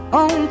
on